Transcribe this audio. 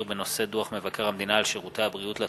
בנושא: דוח מבקר המדינה על שירותי הבריאות לתלמיד,